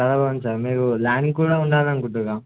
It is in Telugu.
చరా బాంది సార్ మీరు ్యాన్ కూడా ఉండాలనుకుట్టుగా